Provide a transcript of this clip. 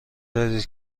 دارید